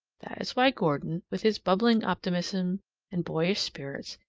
that is why gordon, with his bubbling optimism and boyish spirits,